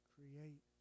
Create